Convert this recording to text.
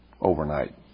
overnight